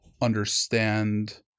understand